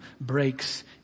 breaks